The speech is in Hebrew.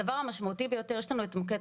הדבר המשמעותי ביותר שעשינו זה שיש לנו את המוקד,